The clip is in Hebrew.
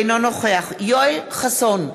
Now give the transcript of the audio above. אינו נוכח יואל חסון,